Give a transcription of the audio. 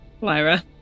Lyra